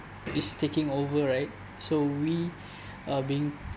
is taking over right so we are being